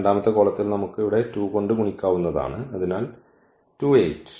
രണ്ടാമത്തെ കോളത്തിൽ നമുക്ക് ഇവിടെ 2 കൊണ്ട് ഗുണിക്കാവുന്നതാണ് അതിനാൽ 2 8